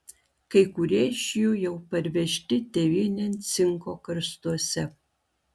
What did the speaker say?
kai kurie iš jų jau parvežti tėvynėn cinko karstuose